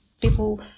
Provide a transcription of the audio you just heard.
people